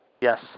Yes